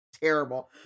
terrible